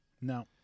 No